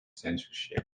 censorship